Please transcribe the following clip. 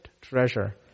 treasure